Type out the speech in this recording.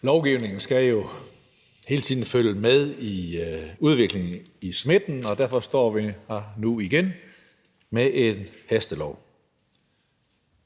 Lovgivningen skal jo hele tiden følge med i udviklingen i smitten, og derfor står vi her nu igen med en hastelov.